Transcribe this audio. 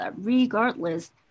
regardless